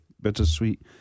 bittersweet